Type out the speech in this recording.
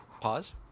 pause